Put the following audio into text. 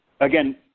Again